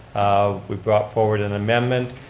um we brought forward an amendment,